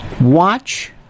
Watch